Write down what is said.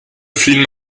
film